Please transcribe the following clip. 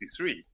1963